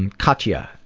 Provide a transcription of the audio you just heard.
and katya.